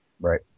Right